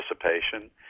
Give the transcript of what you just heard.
participation